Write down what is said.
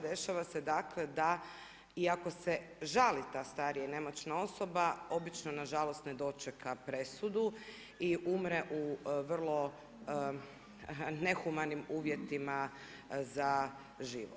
Dešava se dakle, da iako se žali ta starija i nemoćna osoba, obično, nažalost, ne dočeka presudu i umre u vrlo nehumanim uvjetima za život.